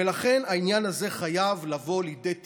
ולכן העניין הזה חייב לבוא לידי תיקון: